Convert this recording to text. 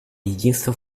единства